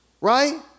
right